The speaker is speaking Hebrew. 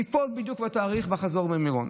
ייפול בדיוק בתאריך בחזור ממירון.